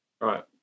Right